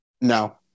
No